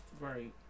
Right